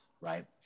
right